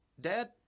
dad